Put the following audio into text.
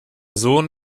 sohn